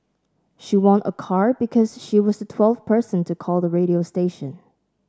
she won a car because she was the twelfth person to call the radio station